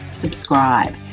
subscribe